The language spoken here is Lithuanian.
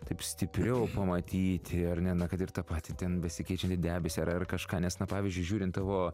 taip stipriau pamatyti ar ne na kad ir tą patį ten besikeičiantį debesį ar ar kažką nes na pavyzdžiui žiūrint tavo